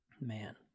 man